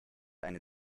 eine